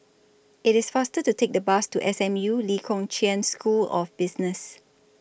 IT IS faster to Take The Bus to S M U Lee Kong Chian School of Business